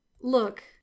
Look